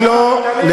חבר